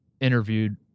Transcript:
interviewed